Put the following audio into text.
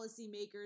policymakers